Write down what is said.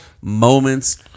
moments